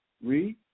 Read